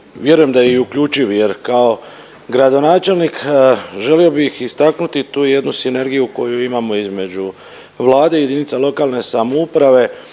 vjerujem da je i uključiv jer kao gradonačelnik želio bih istaknuti tu jednu sinergiju koju imamo između Vlade i jedinica lokalne samouprave